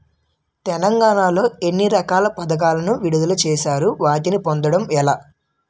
తెలంగాణ లో ఎన్ని రకాల పథకాలను విడుదల చేశారు? వాటిని పొందడం ఎలా?